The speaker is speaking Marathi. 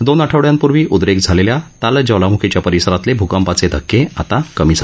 दोन आठवड्यांपूर्वी उद्रेक झालेल्या ताल ज्वालामुखीच्या परिसरातले भूकंपाचे धक्के आता कमी झाल आहेत